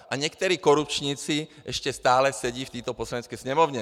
A někteří korupčníci ještě stále sedí v této Poslanecké sněmovně.